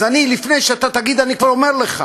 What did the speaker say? אז אני, לפני שאתה תגיד, אני כבר אומר לך,